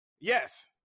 Yes